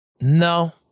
No